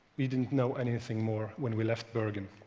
we didn't know anything more when we left bergen.